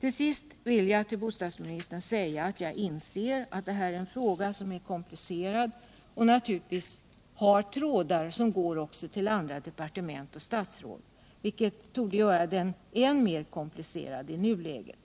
Till sist vill jag till bostadsminisern säga att jag inser att denna fråga är komplicerad och att den naturligtvis har trådar som går till andra departement och statsråd, vilket torde göra den ännu mera komplicerad i nuläget.